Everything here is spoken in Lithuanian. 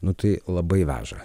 nu tai labai veža